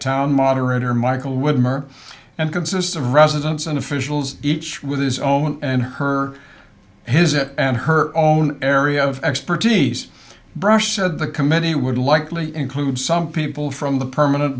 town moderator michel wimmer and consists of residents and officials each with his own and her his it and her own area of expertise brush said the committee would likely include some people from the permanent